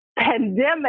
Pandemic